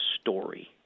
story